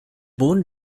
boden